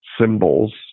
symbols